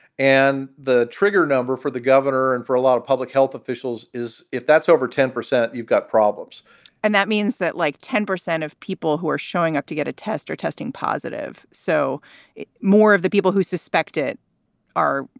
and the trigger number for the governor and for a lot of public health officials is if that's over ten percent, you've got problems and that means that like ten percent of people who are showing up to get a test are testing positive. so more of the people who suspect it are.